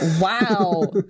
Wow